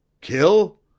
Kill